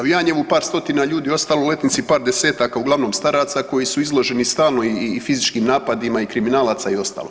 U Janjevu par stotina ljudi ostalo, u Letnici par desetaka, uglavnom staraca koji su izloženi stalno i fizičkim napadima i kriminalaca i ostalo.